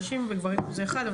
נשים וגברים כאחד,